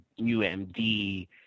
UMD